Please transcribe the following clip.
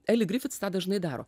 eli grifitas tą dažnai daro